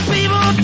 People